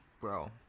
Bro